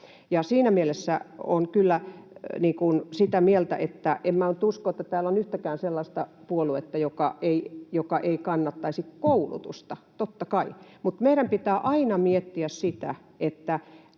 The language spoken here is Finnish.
Siinä mielessä olen kyllä sitä mieltä, että en nyt usko, että täällä on yhtäkään sellaista puoluetta, joka ei kannattaisi koulutusta, totta kai, mutta meidän pitää aina miettiä sitä, mikä